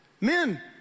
Men